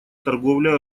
торговле